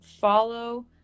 follow